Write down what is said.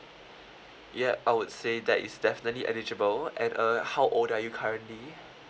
yup I would say that is definitely eligible and uh how old are you currently